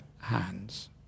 hands